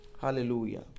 Hallelujah